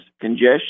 congestion